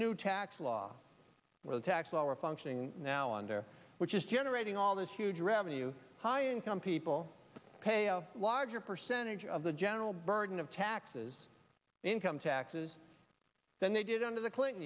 new tax law where the tax lower functioning now under which is generating all this huge revenue high income people pay a larger percentage of the general burden of taxes income taxes than they did under the clinton